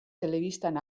telebistan